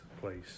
place